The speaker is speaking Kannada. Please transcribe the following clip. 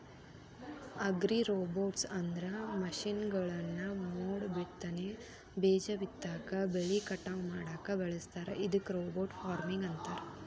ಅಗ್ರಿರೋಬೊಟ್ಸ್ಅಂದ್ರ ಮಷೇನ್ಗಳನ್ನ ಮೋಡಬಿತ್ತನೆ, ಬೇಜ ಬಿತ್ತಾಕ, ಬೆಳಿ ಕಟಾವ್ ಮಾಡಾಕ ಬಳಸ್ತಾರ ಇದಕ್ಕ ರೋಬೋಟ್ ಫಾರ್ಮಿಂಗ್ ಅಂತಾರ